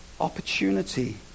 opportunity